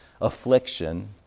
affliction